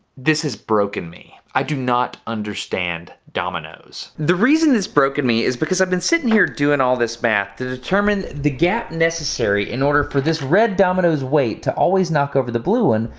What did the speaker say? this has broken me. i do not understand dominoes. the reason this's broken me is because i've been sitting here doing all this math to determine the gap necessary in order for this red domino's weight to always knock over the blue one,